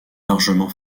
largement